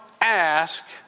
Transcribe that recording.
ask